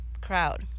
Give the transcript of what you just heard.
crowd